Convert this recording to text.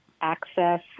Access